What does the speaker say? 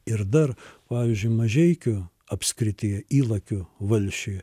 ir dar pavyzdžiui mažeikių apskrity ylakių valsčiuje